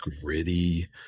gritty